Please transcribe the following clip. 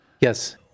Yes